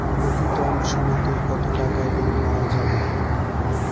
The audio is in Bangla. প্রতি গ্রাম সোনাতে কত টাকা ঋণ পাওয়া যাবে?